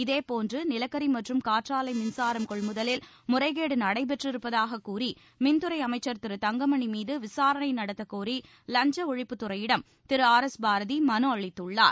இதேபோன்று நிலக்கரி மற்றும் காற்றாலை மின்சாரம் கொள்முதலில் முறைகேடு நடைபெற்றிருப்பதாக கூறி மின்துறை அமைச்சர் திரு தங்கமணி மீது விசாரணை நடத்த கோரி லஞ்ச ஒழிப்புத் துறையிடம் திரு ஆர் எஸ் பாரதி மனு அளித்தள்ளார்